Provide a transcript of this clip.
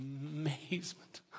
amazement